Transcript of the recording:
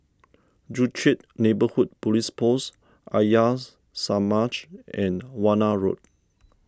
Joo Chiat Neighbourhood Police Post Arya Samaj and Warna Road